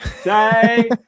Say